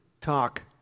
talk